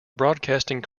broadcasting